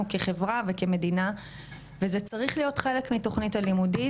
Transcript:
כחברה וכמדינה וזה צריך להיות חלק מתוכנית הלימודים